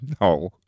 No